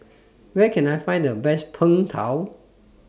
Where Can I Find The Best Png Tao